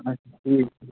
اچھا ٹھیٖک